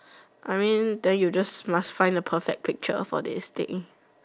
I mean then you just must find the perfect picture for this thing